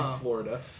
Florida